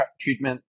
treatment